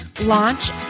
launch